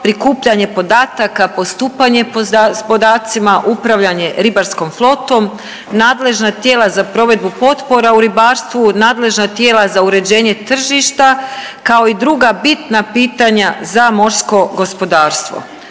prikupljanje podataka, postupanje s podacima, upravljanje ribarskom flotom, nadležna tijela za provedbu potpora u ribarstvu, nadležna tijela za uređenje tržišta, kao i druga bitna pitanja za morsko gospodarstvo.